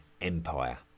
Empire